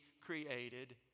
created